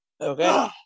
Okay